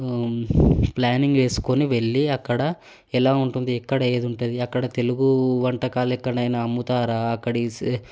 planning వేసుకొని వెళ్ళి అక్కడ ఎలా ఉంటుంది ఎక్కడ ఏది ఉంటుంది అక్కడ తెలుగు వంటకాలు ఎక్కడైనా అమ్ముతారా అక్కడి